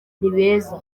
nibeza